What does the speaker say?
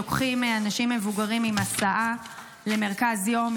לוקחים אנשים מבוגרים בהסעה למרכז יום.